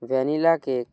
vanilla cake